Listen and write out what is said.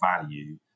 value